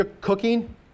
cooking